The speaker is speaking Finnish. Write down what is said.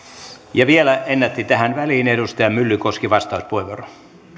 ja vielä ennätti tähän väliin edustaja myllykoski vastauspuheenvuoro